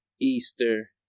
Easter